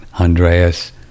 andreas